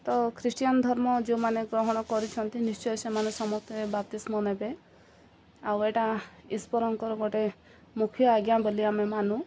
ତ ଖ୍ରୀଷ୍ଟିୟଆନ ଧର୍ମ ଯେଉଁମାନେ ଗ୍ରହଣ କରିଛନ୍ତି ନିଶ୍ଚୟ ସେମାନେ ସମସ୍ତେ ବାତିଷ୍ମ ନେବେ ଆଉ ଏଇଟା ଈଶ୍ୱରଙ୍କର ଗୋଟେ ମୁଖ୍ୟ ଆଜ୍ଞା ବୋଲି ଆମେ ମାନୁ